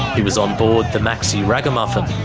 he was on board the maxi ragamuffin,